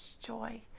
joy